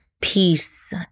peace